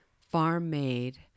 farm-made